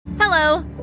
Hello